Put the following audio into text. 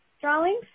drawings